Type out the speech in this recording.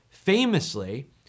Famously